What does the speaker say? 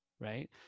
right